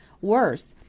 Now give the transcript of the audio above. worse,